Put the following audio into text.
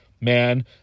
man